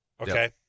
Okay